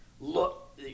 look